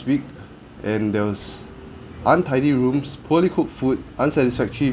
week and there was untidy rooms poorly cooked food unsatisfactory